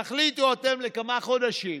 תחליטו אתם לכמה חודשים,